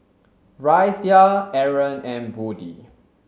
Raisya Aaron and Budi